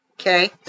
Okay